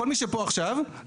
עם כל הכבוד לחוק ההסדרים,